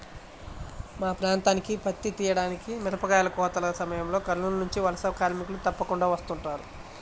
మా ప్రాంతానికి పత్తి తీయడానికి, మిరపకాయ కోతల సమయంలో కర్నూలు నుంచి వలస కార్మికులు తప్పకుండా వస్తుంటారు